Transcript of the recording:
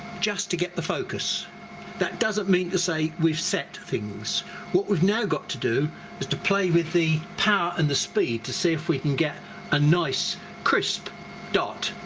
just to get the focus that doesn't mean to say we've set things what we've now got to do is to play with the power and the speed to see if we can get a nice crisp dot.